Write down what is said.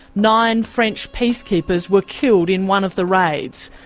nine french peacekeepers were killed in one of the raids.